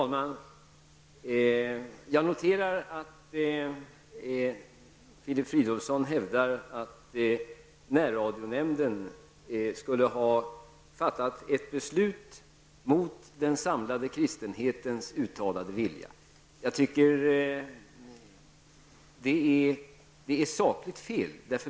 Herr talman! Jag noterar att Filip Fridolfsson hävdar att närradionämnden skall ha fattat ett beslut mot den samlade kristenhetens uttalade vilja. Det är sakligt fel.